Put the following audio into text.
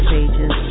Pages